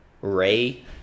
Ray